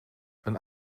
een